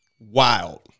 Wild